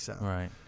Right